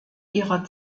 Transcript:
ihrer